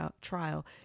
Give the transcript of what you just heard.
trial